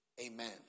Amen